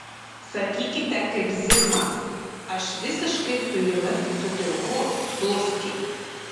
sakykite kaip zigmas aš visiškai su jumis sutinku sūrski